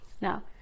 Now